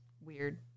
weird